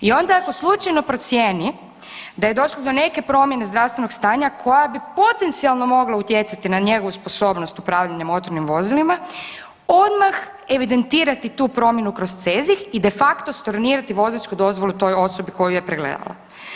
I onda ako slučajno procijeni da je došlo do neke promjene zdravstvenog stanja koja bi potencijalno mogla utjecati na njegovu sposobnost upravljanja motornim vozilima odmah evidentirati tu promjenu kroz CEZIH i de facto stornirati vozačku dozvolu toj osobi koju je pregledala.